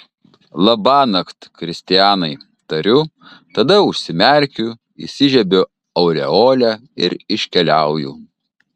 labanakt kristianai tariu tada užsimerkiu įsižiebiu aureolę ir iškeliauju